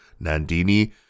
Nandini